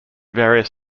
various